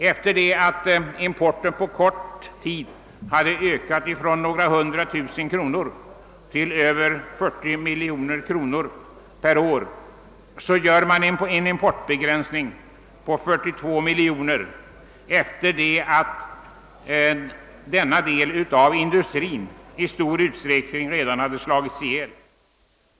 Importen hade på kort tid ökat från några hundra tusen kronor till över 40 miljoner kronor per år, och då skär man ned importen till 42: miljoner kronor, när denna del av den svenska industrin i stor utsträckning redan förlamats.